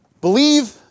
believe